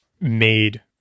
made